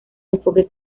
enfoque